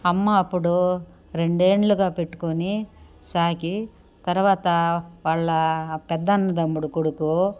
అమ్మ అప్పుడు రెండేండ్లుగా పెట్టుకొని సాకి తర్వాత వాళ్ళ పెద్ద అన్నదమ్ముడు కొడుకు